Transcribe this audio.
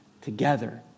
together